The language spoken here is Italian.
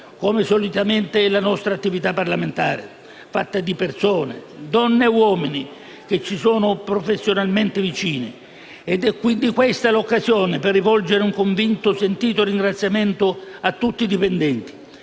come solitamente è la nostra attività parlamentare, fatta di persone, donne e uomini, che ci sono professionalmente vicine. Ed è quindi questa l'occasione per rivolgere un convinto, sentito ringraziamento a tutti i dipendenti.